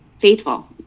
faithful